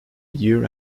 year